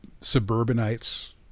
suburbanites